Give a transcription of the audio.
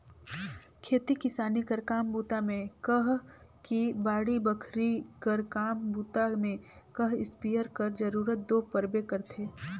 खेती किसानी कर काम बूता मे कह कि बाड़ी बखरी कर काम बूता मे कह इस्पेयर कर जरूरत दो परबे करथे